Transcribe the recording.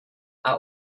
are